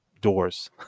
doors